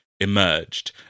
emerged